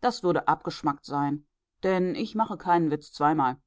das würde abgeschmackt sein denn ich mache keinen witz zweimal